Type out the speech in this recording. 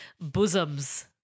Bosoms